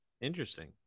Interesting